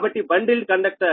కాబట్టి bundle conductor